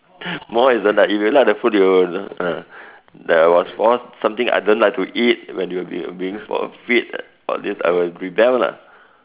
more isn't like if you like the food you will uh that I was forced something I don't like to eat when we were being being feed all this I would rebel lah